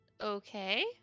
okay